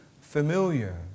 familiar